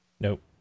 nope